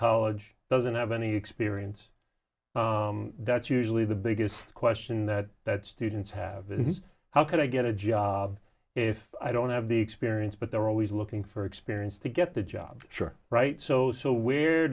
college doesn't have any experience that's usually the biggest question that that students have is how can i get a job if i don't have the experience but they're always looking for experience to get the job sure right so so w